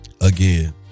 again